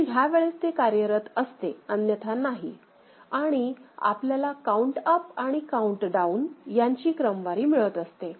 फक्त ह्यावेळेस ते कार्यरत असते अन्यथा नाही आणि आपल्याला काउंट अप आणि काउंट डाऊन यांची क्रमवारी मिळत असते